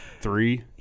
Three